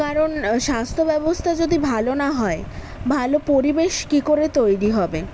কারণ স্বাস্থ্য ব্যবস্থা যদি ভালো না হয় ভালো পরিবেশ কী করে তৈরি হবে